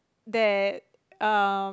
that um